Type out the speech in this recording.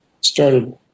started